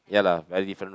ya lah very different road